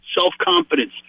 self-confidence